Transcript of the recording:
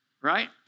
right